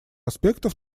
аспектов